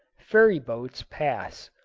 ferry-boats pass.